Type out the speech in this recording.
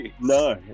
No